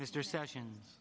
mr sessions